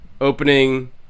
opening